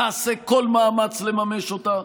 נעשה כל מאמץ לממש אותה.